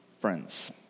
friends